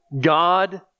God